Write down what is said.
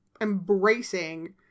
embracing